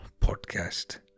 podcast